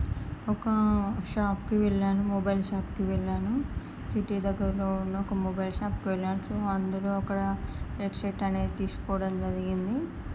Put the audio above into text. ఒక షాప్కి వెళ్ళాను మొబైల్ షాప్కి వెళ్ళాను సిటీ దగ్గర్లో ఉన్న ఒక మొబైల్ షాప్కి వెళ్ళాను సో అందులో అక్కడ హెడ్సెట్ అనేది తీసుకోవడం జరిగింది